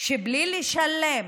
שבלי לשלם